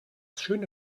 schöne